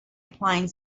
applying